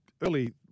early